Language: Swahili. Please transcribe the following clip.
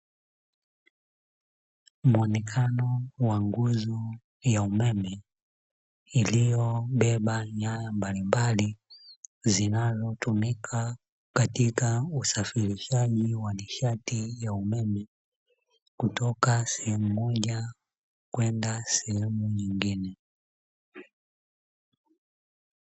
Muonekano wa nguzo ya umeme iliyobeba nyaya mbalimbali, zinazotumika katika usafirishaji wa nishati ya umeme, kutoka sehemu moja kwenda sehemu nyingine.